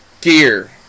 gear